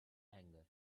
anger